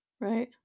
Right